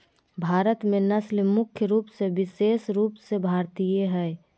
भारत में नस्ल मुख्य रूप से विशेष रूप से भारतीय हइ